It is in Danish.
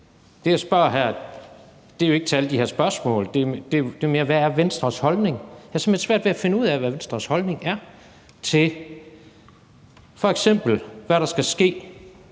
som jeg spørger om her, er jo ikke angående alle de her spørgsmål, men det er mere, hvad der er Venstres holdning. Jeg har simpelt hen svært ved at finde ud af, hvad Venstres holdning f.eks. er til, hvad der skal ske,